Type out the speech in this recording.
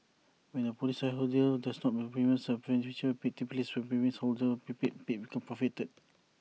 when A policyholder does not pay the premiums A forfeiture may take place where premiums paid become forfeited